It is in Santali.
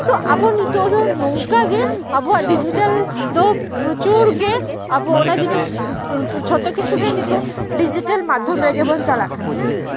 ᱛᱚ ᱟᱵᱚ ᱱᱤᱛᱚᱜ ᱫᱚ ᱱᱚᱝᱠᱟ ᱜᱮ ᱟᱵᱚᱣᱟᱜ ᱰᱤᱡᱤᱴᱮᱞ ᱫᱚ ᱯᱨᱚᱪᱩᱨ ᱜᱮ ᱟᱵᱚ ᱚᱱᱟ ᱡᱤᱱᱤᱥ ᱡᱷᱚᱛᱚ ᱠᱤᱪᱷᱩ ᱜᱮ ᱱᱤᱛᱚᱜ ᱰᱤᱡᱤᱴᱮᱞ ᱢᱟᱫᱽᱫᱷᱚᱢ ᱨᱮᱜᱮ ᱵᱚᱱ ᱪᱟᱞᱟᱜ ᱠᱟᱱᱟ